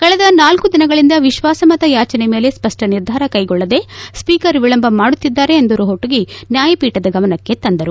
ಕಳೆದ ನಾಲ್ಲು ದಿನಗಳಿಂದ ವಿಶ್ವಾಸಮತ ಯಾಚನೆ ಮೇಲೆ ಸ್ಪಕ್ಷ ನಿರ್ಧಾರ ಕೈಗೊಳ್ಳದೆ ಸ್ಪೀಕರ್ ವಿಳಂಬ ಮಾಡುತ್ತಿದ್ದಾರೆ ಎಂದು ರೋಹಟಗಿ ನ್ಯಾಯಪೀಠದ ಗಮನಕ್ಕೆ ತಂದರು